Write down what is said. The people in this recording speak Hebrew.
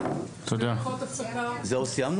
הישיבה ננעלה בשעה 13:07.